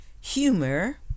Humor